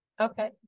Okay